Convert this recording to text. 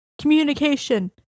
communication